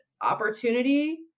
opportunity